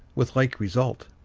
with like result.